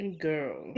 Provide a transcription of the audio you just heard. Girl